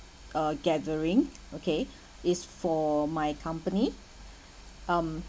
a gathering okay it's for my company um